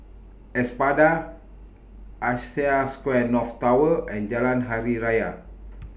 Espada Asia Square North Tower and Jalan Hari Raya